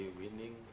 winning